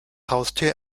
haustier